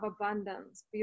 abundance